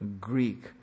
Greek